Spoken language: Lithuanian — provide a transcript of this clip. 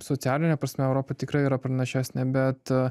socialine prasme europa tikrai yra pranašesnė bet